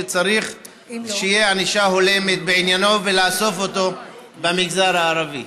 שצריך שתהיה ענישה הולמת בעניינו ולאסוף אותו במגזר הערבי.